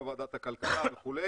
כמו ועדת הכלכלה וכו',